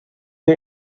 der